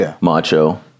macho